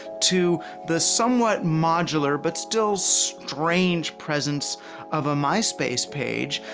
to the somewhat modular but still strange presence of a myspace page,